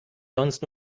sonst